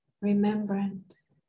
remembrance